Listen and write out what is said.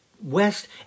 west